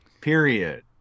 Period